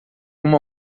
uma